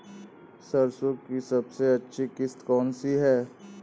सरसो की सबसे अच्छी किश्त कौन सी है?